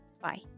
Bye